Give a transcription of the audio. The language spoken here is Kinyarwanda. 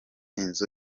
inzu